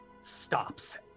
stops